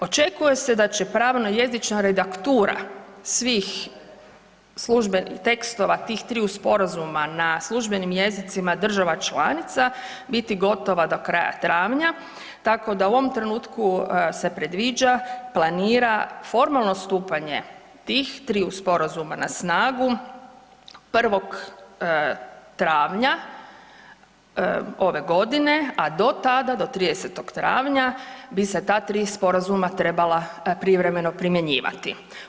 Očekuje se da će pravna i jezična redaktura svih službenih tekstova tih triju sporazuma na službenim jezicima država članica biti gotova do kraja travnja, tako da u ovom trenutku se predviđa, planira formalno stupanje tih triju sporazuma na snagu 1. travnja ove godine, a do tada, do 30. travnja bi se ta tri sporazuma trebala privremeno primjenjivati.